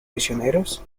misioneros